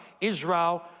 Israel